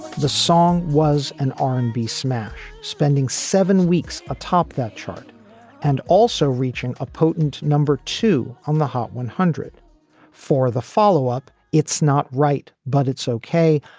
the song was an r and b smash spending seven weeks atop that chart and also reaching a potent number two on the hot one hundred for the follow up. it's not right, but it's okay.